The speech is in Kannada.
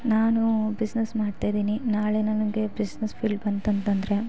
ನಾನು ಬಿಸ್ನೆಸ್ ಮಾಡ್ತಾಯಿದ್ದೀನಿ ನಾಳೆ ನನಗೆ ಬಿಸ್ನೆಸ್ ಫೀಲ್ಡ್ ಬಂತಂತಂರೆ